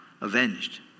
avenged